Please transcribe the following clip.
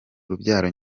urubyaro